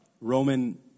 Roman